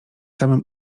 samym